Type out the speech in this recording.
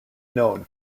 known